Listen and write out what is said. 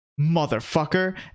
Motherfucker